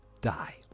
die